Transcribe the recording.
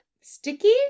Sticky